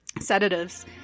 sedatives